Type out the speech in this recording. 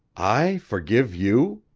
i forgive you?